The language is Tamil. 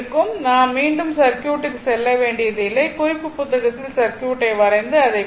நாம் மீண்டும் சர்க்யூட் க்கு செல்ல வேண்டியதில்லை குறிப்பு புத்தகத்தில் சர்க்யூட் ஐ வரைந்து அதைப் பெறலாம்